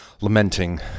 lamenting